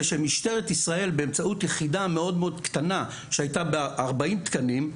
זה שמשטרת ישראל באמצעות יחידה מאוד מאוד קטנה שהייתה ב-40 תקנים,